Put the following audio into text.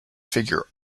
figure